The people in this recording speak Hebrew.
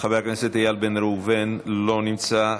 חבר הכנסת איל בן ראובן, לא נמצא.